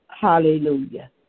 Hallelujah